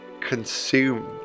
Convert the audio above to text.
consumed